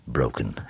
Broken